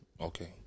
Okay